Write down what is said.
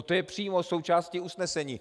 To je přímo součástí usnesení.